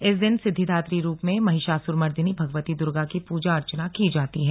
इस दिन सिद्विदात्री रूप में महिषासुरमर्दिनी भगवती दुर्गा की पूजा अर्चना की जाती है